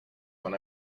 when